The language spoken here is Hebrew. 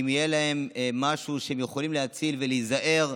אם יהיה להם משהו שהם יכולים להציל ולהיזהר,